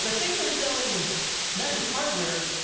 the thing they're selling is not just hardware,